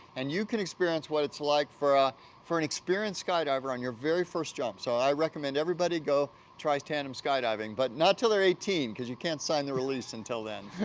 and you can experience what it's like for ah for an experienced skydiver on your very first jump so, i recommend everybody go tries tandem skydiving. but not till they're eighteen because you can't sign the release until then.